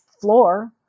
floor